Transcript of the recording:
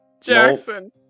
Jackson